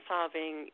solving